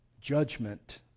judgment